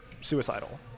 suicidal